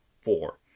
four